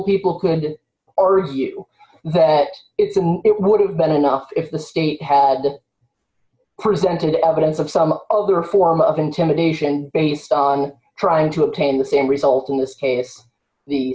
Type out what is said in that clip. people could argue that it would have been enough if the state had the presented evidence of some other form of intimidation based on trying to obtain the same result in this case the